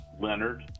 Leonard